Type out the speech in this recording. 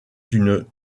une